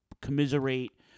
commiserate